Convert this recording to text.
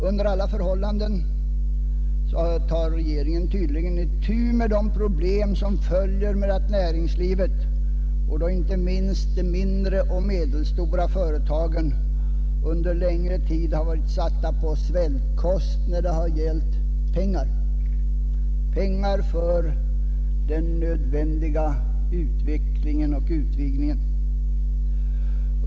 Under alla förhållanden har regeringen tydligen tvingats att på allvar ta itu med de problem som följer med att näringslivet — och då inte minst de mindre och medelstora företagen — under en längre tid har varit satta på svältkost när det har gällt pengar för den nödvändiga utvecklingen och utvidgningen.